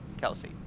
Kelsey